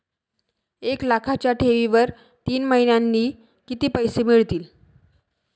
एक लाखाच्या ठेवीवर तीन महिन्यांनी किती पैसे मिळतील?